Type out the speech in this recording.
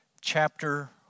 chapter